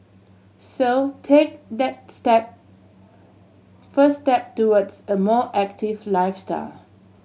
so take that step first step towards a more active lifestyle